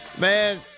Man